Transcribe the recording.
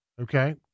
okay